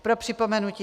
Pro připomenutí.